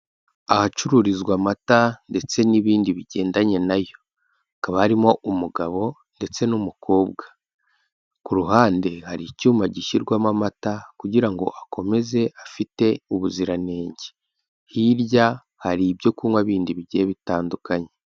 Ahacururizwa amata ndetse n'ibindi bigendanye na yo. Hakaba harimo umugabo ndetse n'umukobwa. Ku ruhande hari icyuma gishyirwamo amata kugira ngo akomeze afite ubuziranenge. Hirya hari ibyo kunywa bindi bigiye bitandukanye.